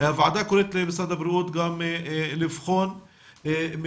הוועדה קוראת למשרד הבריאות גם לבחון מימוש